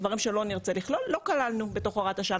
דברים שלא נרצה לכלול לא כללנו בתוך הוראת השעה,